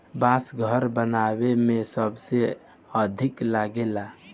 बांस घर बनावे में सबसे अधिका लागेला